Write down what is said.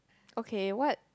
okay what